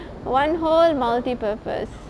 one hole multi-purpose